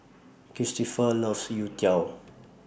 Kristoffer loves Youtiao